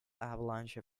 avalanche